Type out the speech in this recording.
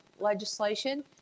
legislation